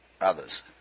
others